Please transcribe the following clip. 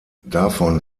davon